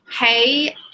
hey